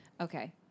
Okay